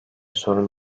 sorun